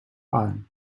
arm